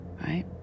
Right